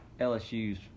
LSU's